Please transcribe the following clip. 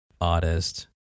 artist